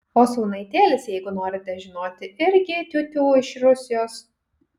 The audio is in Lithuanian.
o sūnaitėlis jeigu norite žinoti irgi tiutiū iš rusijos